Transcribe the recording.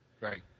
Right